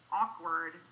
awkward